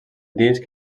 disc